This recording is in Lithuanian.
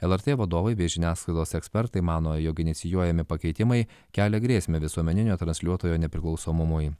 lrt vadovai bei žiniasklaidos ekspertai mano jog inicijuojami pakeitimai kelia grėsmę visuomeninio transliuotojo nepriklausomumui